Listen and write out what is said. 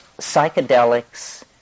psychedelics